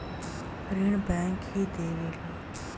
ऋण बैंक ही देवेला